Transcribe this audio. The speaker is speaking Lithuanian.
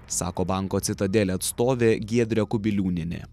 sako banko citadelė atstovė giedrė kubiliūnienė